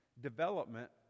development